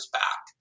back